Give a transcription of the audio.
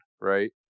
right